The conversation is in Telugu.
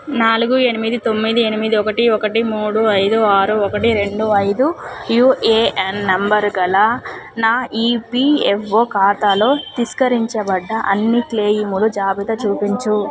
నాలుగు ఎనిమిది తొమ్మిది ఎనిమిది ఒకటి ఒకటి మూడు ఐదు ఆరు ఒకటి రెండు ఐదు యూఏఎన్ నంబరు గల నా ఈపియవ్ఓ ఖాతాలో తిస్కరించబడ్డ అన్ని క్లెయిములు జాబితా చూపించు